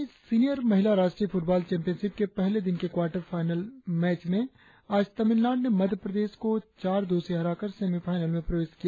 पच्चीसवीं सीनियर महिला राष्ट्रीय फुटबॉल चैंपियनशिप के पहले दिन के क्वाटर फाइनल मैच में आज तामिलनाडू ने मध्यप्रदेश चार दो से हराकर सेमीफाइनल में प्रवेश किया